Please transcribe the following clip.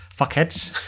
fuckheads